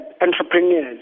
entrepreneurs